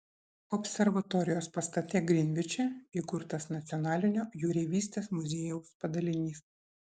observatorijos pastate grinviče įkurtas nacionalinio jūreivystės muziejaus padalinys